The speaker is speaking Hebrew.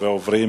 עוברים